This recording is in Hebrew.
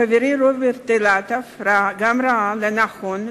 וחברי רוברט אילטוב גם הוא ראה לנכון,